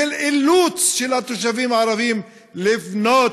של אילוץ של התושבים הערבים לבנות